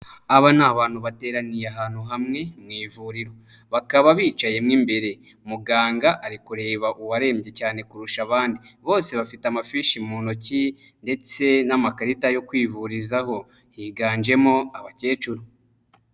Aba ni abantu bateraniye ahantu hamwe mu ivuriro. Bakaba bicayemo imbere. Muganga ari kureba uwarembye cyane kurusha abandi. Bose bafite amafishi mu ntoki, ndetse n'amakarita yo kwivurizaho, higanjemo abakecuru.